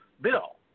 bill